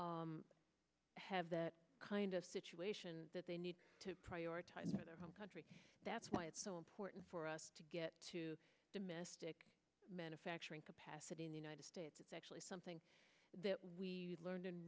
have that kind of situation that they need to prioritize their home country that's why it's so important for us to get to domestic manufacturing capacity in the united states it's actually something that we learned and